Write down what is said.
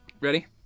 Ready